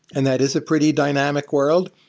and that is a pretty dynamic world.